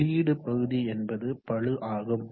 வெளியீடு பகுதி என்பது பளு ஆகும்